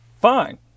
fine